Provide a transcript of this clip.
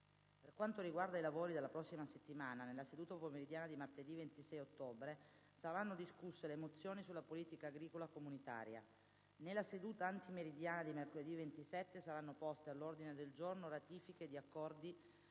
Per quanto riguarda i lavori della prossima settimana, nella seduta pomeridiana di martedì 26 ottobre saranno discusse le mozioni sulla Politica agricola comune. Nella seduta antimeridiana di mercoledì 27 saranno poste all'ordine del giorno ratifiche di accordi